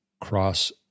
cross